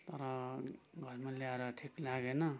तर घरमा ल्याएर ठिक लागेन